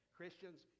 Christians